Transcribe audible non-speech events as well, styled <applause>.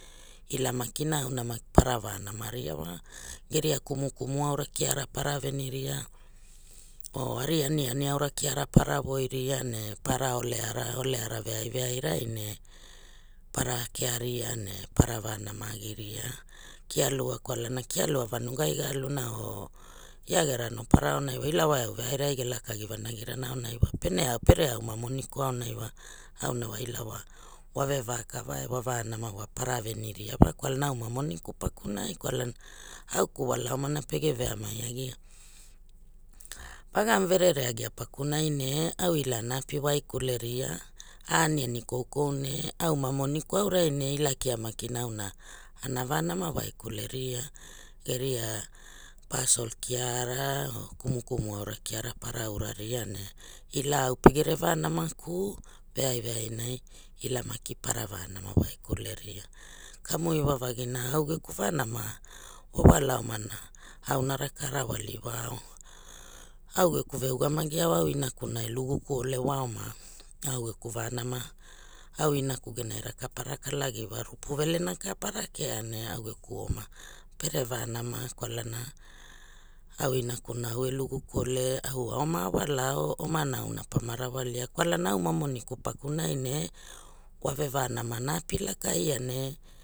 Ilamakina auna maki para vamanaria wa geria kumukumu aura kiarapara veniria or ari aniani aura karapara voi ria ne para oleara oleara veai veni rai ne para kearia ne para vanama agi ria kialua kwalana kialua vanugai ga aluna or ia gera anopara wa ila wa eau veira ai ge laka agi vanagi rana aunai wa pene au pere au ma moniku auna wa auna wa ila wa wa vekava e wa vanama wa para veni ria wa kwalana au ma moniku pakunai kwalana au geku wala omana pege veamai agia <noise> pagara verere agia pakunai ne au ila ana api wai kuleria or aniani koukou ne au ma moniku aurai ne ila kia makiina auna ana vanama waikule ria geria pasol kiara or kumukumu aura kiara para uraria ne ila au perega va nama ku veai veai nai ila maki pana vanama waikule ria kamu iwavagina raka a rawali wa o <noise> au geku ve ugamagi au au inakuna e iagukuole wa oma au geku vanama au inaku gea raka para iwa rupa velena ka para kea ne au geku oma pere vanama kwalana au inakuna wa e luguku ole au wa oma a wala o omana auna pana rawalia kwalana au ma moniku pakunai ne <noise> wa venama ana api lakai ia ne